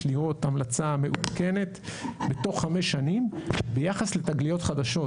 לראות המלצה מעודכנת בתוך חמש שנים ביחס לתגליות חדשות,